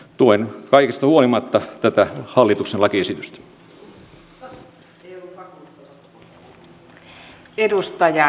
tuen kaikesta huolimatta tätä hallituksen lakiesitystä